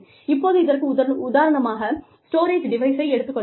இப்போது இதற்கு உதாரணமாக ஸ்டோரேஜ் டிவைஸை எடுத்துக் கொள்ளலாம்